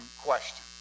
question